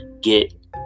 get